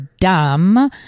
Dumb